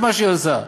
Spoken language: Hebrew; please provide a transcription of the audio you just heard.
זה מה שהיא עושה.